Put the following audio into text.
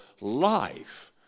life